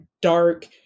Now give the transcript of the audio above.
dark